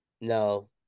No